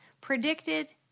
predicted